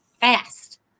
fast